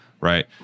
right